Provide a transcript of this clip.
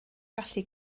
gallu